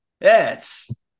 Yes